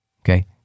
Okay